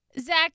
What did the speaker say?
Zach